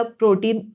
protein